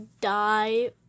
die